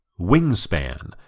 Wingspan